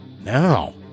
Now